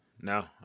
no